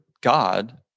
God